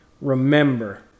Remember